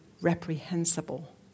reprehensible